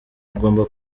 tugomba